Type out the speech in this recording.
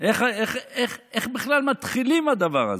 איך בכלל מתחילים עם הדבר הזה?